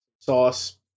sauce